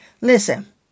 Listen